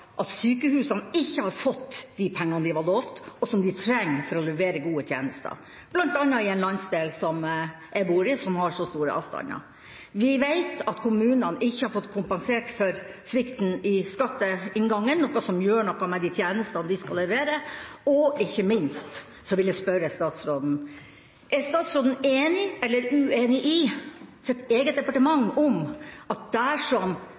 at sykehusene ikke har fått de pengene de var lovd, og som de trenger for å levere gode tjenester – bl.a. i landsdelen som jeg bor, som har så store avstander. Vi veit at kommunene ikke har fått kompensert for svikten i skatteinngangen. Det gjør noe med de tjenestene de skal levere. Jeg vil spørre statsråden om han er enig eller uenig med sitt eget departement om at dersom